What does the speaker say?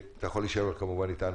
אתה כמובן יכול להישאר איתנו.